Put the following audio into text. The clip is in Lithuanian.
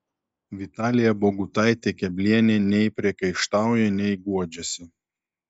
vitalija bogutaitė keblienė nei priekaištauja nei guodžiasi